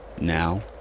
Now